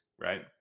right